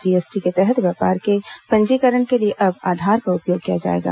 GST के तहत व्यापार के पंजीकरण के लिए अब आधार का उपयोग किया जाएगा